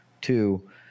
Two